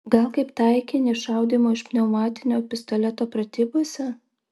gal kaip taikinį šaudymo iš pneumatinio pistoleto pratybose